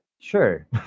Sure